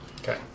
Okay